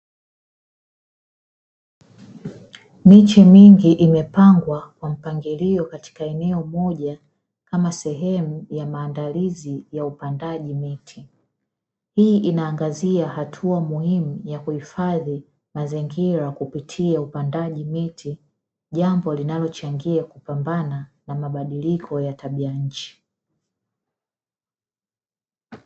Miche mingi imepangwa kwa mpangilio katika eneo moja kama sehemu ya maandalizi ya upandaji miti, hii inaangazia hatua muhimu ya kuhifadhi mazingira kupitia upandaji miti, jambo linalochangia kupambana na mabadiliko ya tabia nchi.